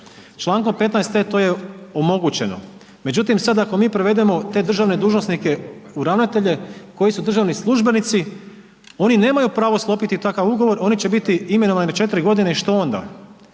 Člankom 15e. to je omogućeno, međutim sad prevedemo te državne dužnosnike u ravnatelje koji su državni službenici oni nemaju pravo sklopiti takav ugovor, oni će biti imenovani na 4 godine i što onda.